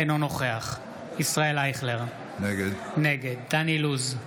אינו נוכח ישראל אייכלר, נגד דן אילוז,